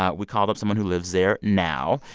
ah we called up someone who lives there now.